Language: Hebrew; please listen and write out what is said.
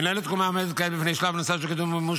מינהלת תקומה עומדת כעת בפני שלב נוסף של קידום ומימוש